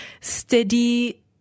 steady